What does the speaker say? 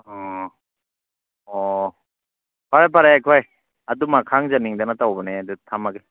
ꯑꯣ ꯑꯣ ꯐꯔꯦ ꯐꯔꯦ ꯑꯩꯈꯣꯏ ꯑꯗꯨꯃ ꯈꯪꯖꯅꯤꯡꯗꯅ ꯇꯧꯕꯅꯦ ꯑꯗꯨꯗꯤ ꯊꯝꯃꯒꯦ